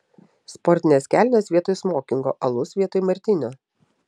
sportinės kelnės vietoj smokingo alus vietoj martinio